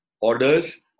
orders